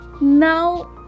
Now